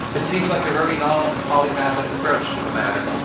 it seems like a very non-polymath like approach to the matter.